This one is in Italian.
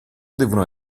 devono